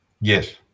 Yes